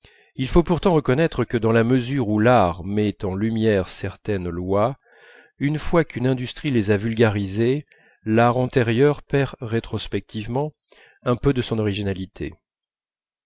il faut pourtant reconnaître que dans la mesure où l'art met en lumière certaines lois une fois qu'une industrie les a vulgarisées l'art antérieur perd rétrospectivement un peu de son originalité